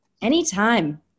Anytime